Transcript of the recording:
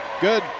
good